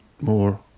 more